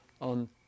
on